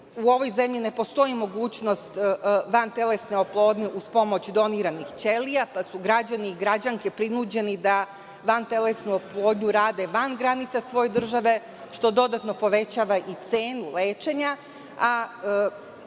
u ovoj zemlji ne postoji mogućnost vantelesne oplodnje uz pomoć doniranih ćelija, pa su građani i građanke prinuđeni da vantelesnu oplodnju rade van granica svoje države, što dodatno povećava i cenu lečenja,